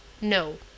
no